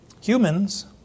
humans